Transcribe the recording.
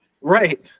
right